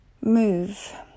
move